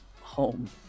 home